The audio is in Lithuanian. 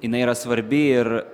jinai yra svarbi ir